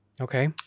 Okay